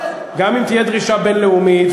גם אם תהיה דרישה בין-לאומית,